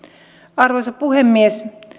arvoisa puhemies